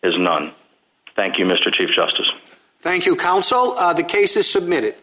is non thank you mr chief justice thank you counsel the case is submitted